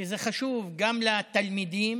שזה חשוב גם לתלמידים